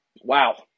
Wow